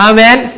Amen